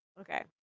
Okay